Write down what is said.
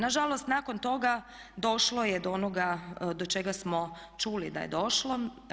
Nažalost, nakon toga došlo je do onoga do čega smo čuli da je došlo.